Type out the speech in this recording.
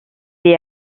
est